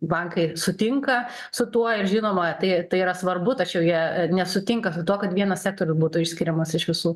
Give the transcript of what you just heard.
bankai sutinka su tuo ir žinoma tai tai yra svarbu tačiau jie nesutinka su tuo kad vienas sektoriu būtų išskiriamas iš visų